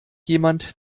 jemand